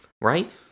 right